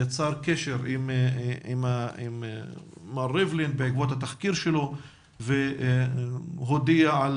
יצר קשר עם מר ריבלין בעקבות התחקיר שלו והודיע על